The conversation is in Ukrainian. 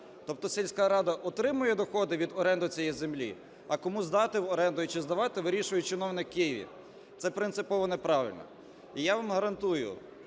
Тобто сільська рада отримує доходи від оренди цієї землі, а кому здати в оренду і чи здавати, вирішує чиновник в Києві. Це принципово неправильно. І я вам гарантую,